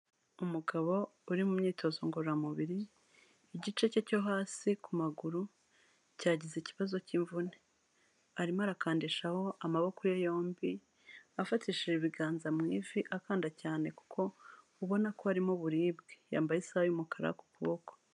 Umugabo uri mu myitozo ngororamubiri, igice cye cyo hasi ku maguru cyagizeho ikibazo cy'imvune arimo arakandeshaho amaboko ye yombi, afatishije ibiganza mu ivi akanda cyane kuko ubona ko harimo uburibwe, yambaye isaha y'umukara ku kuboko.